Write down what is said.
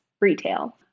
retail